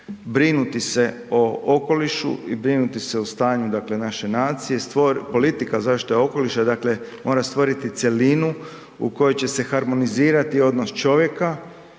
brinuti se o okolišu i brinuti se o stanju naše nacije. Politika zaštite okoliša mora stvoriti cjelinu u kojoj će se harmonizirati odnos čovjeka